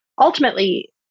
Ultimately